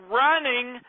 running